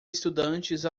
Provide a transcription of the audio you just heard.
estudantes